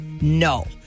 No